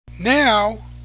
Now